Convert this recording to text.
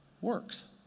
works